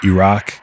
Iraq